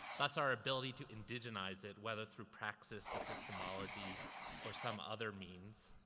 thus, our ability to indigenize it, whether through praxis epistemology or some other means,